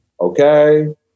Okay